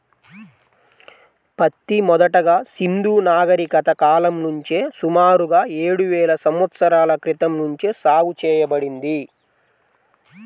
పత్తి మొదటగా సింధూ నాగరికత కాలం నుంచే సుమారుగా ఏడువేల సంవత్సరాల క్రితం నుంచే సాగు చేయబడింది